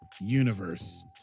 universe